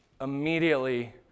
immediately